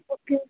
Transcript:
okay